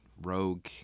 rogue